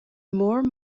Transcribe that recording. more